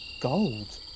gold